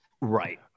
Right